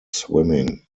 swimming